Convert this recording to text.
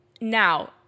Now